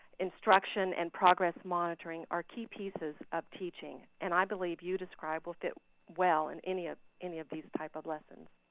instruction and progress monitoring are key pieces of teaching. and i believe youdescribe will fit well in any ah any of these type of lessons.